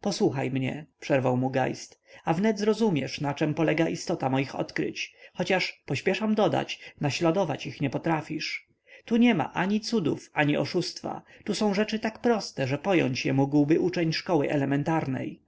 posłuchaj mnie przerwał mu geist a wnet zrozumiesz na czem polega istota moich odkryć chociaż pośpieszam dodać naśladować ich nie potrafisz tu niema ani cudów ani oszustwa tu są rzeczy tak proste że pojąć je mógłby uczeń szkoły elementarnej